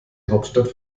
hauptstadt